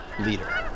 leader